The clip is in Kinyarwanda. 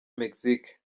mexique